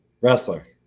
Wrestler